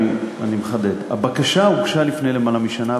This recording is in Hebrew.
אני מחדד: הבקשה הוגשה לפני למעלה משנה,